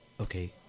Okay